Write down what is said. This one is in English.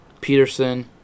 Peterson